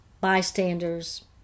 bystanders